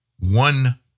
one